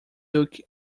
took